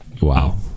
Wow